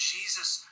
Jesus